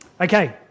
Okay